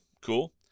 cool